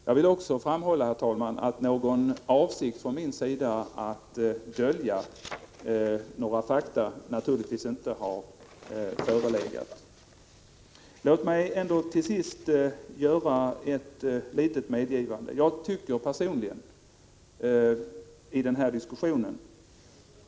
Jag vill också framhålla, herr talman, att någon avsikt från min sida att dölja fakta naturligtvis inte har förelegat. Låt mig till sist göra ett litet medgivande i den här diskussionen.